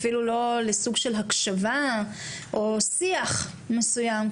ואפילו לא סוג של הקשבה או שיח מסוים.